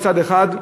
מצד אחד,